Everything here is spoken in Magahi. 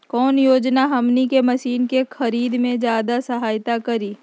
कौन योजना हमनी के मशीन के खरीद में ज्यादा सहायता करी?